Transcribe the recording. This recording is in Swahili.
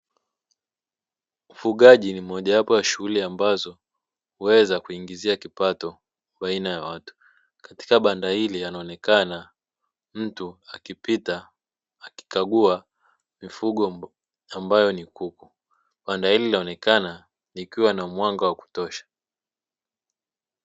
Ufugaji ni moja wapo ya shughuli ambazo huweza kukuingizia kipato baina ya watu, katika banda hili anaonekana mtu akipita akikagua mifugo ambayo ni kuku, banda hili linaonekana likiwa namwanga wa kutosha.